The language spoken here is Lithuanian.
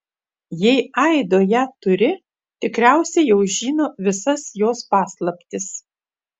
jei aido ją turi tikriausiai jau žino visas jos paslaptis